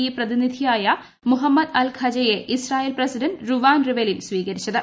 E പ്രതിനിധിയായ Muhammad al ഖജയെ Israel president Reuven Rivlin സ്വീകരിച്ചത്